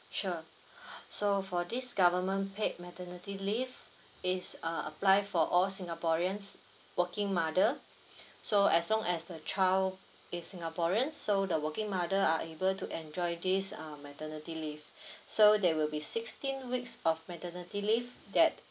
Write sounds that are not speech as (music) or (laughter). sure (breath) so for this government paid maternity leave is uh apply for all singaporeans working mother (breath) so as long as the child is singaporeans so the working mother are able to enjoy this um maternity leave (breath) so there will be sixteen weeks of maternity leave that